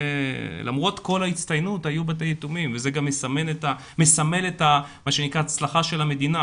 למרות כל ההצטיינות היו בתי יתומים וזה גם מסמל את ההצלחה של המדינה,